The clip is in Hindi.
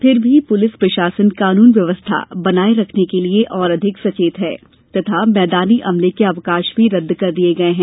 फिर भी प्रलिस प्रशासन कानून व्यवस्था बनाए रखने के लिए और अधिक सचेत है तथा मैदानी अमले के अवकाश भी रद्द कर दिए गए हैं